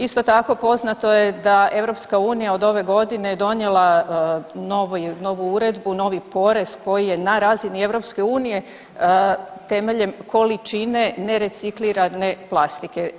Isto tako, poznato je da EU od ove godine je donijela novu uredbu, novi porez koji je na razini EU temeljem količine nereciklirane plastike.